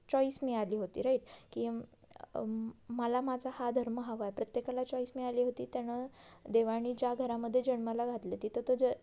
choice मी आली होती राईट की मला माझा हा धर्म हवा आहे प्रत्येकाला चॉईस मी आली होती त्यां देवाने ज्या घरामध्ये जन्माला घातलं तिथं तो ज